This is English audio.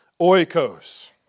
Oikos